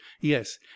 yes